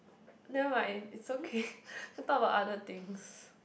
nevermind it's okay can talk about other things